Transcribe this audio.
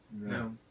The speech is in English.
No